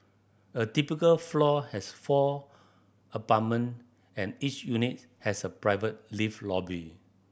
a typical floor has four apartment and each unit has a private lift lobby